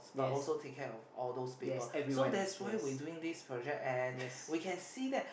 but also take care of all those people so that's why we doing this project and we can see that